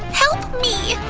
help me!